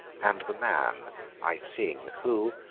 and the man i sing, who,